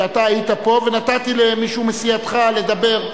שאתה היית פה ונתתי למישהו מסיעתך לדבר,